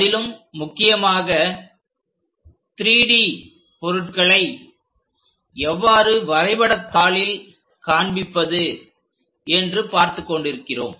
அதிலும் முக்கியமாக 3D பொருட்களை எவ்வாறு வரைபடத்தாளில் காண்பிப்பது என்று பார்த்துக் கொண்டிருக்கிறோம்